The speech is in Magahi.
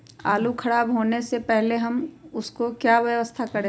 आलू खराब होने से पहले हम उसको क्या व्यवस्था करें?